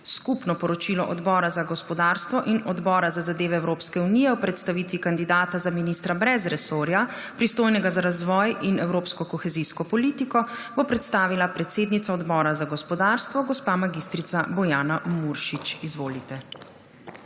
Skupno poročilo Odbora za gospodarstvo in Odbora za zadeve Evropske unije o predstavitvi kandidata za ministra brez resorja, pristojnega za razvoj in evropsko kohezijsko politiko, bo predstavila predsednica Odbora za gospodarstvo gospa mag. Bojana Muršič. Izvolite.